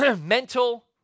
mental